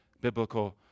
biblical